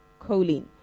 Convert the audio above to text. choline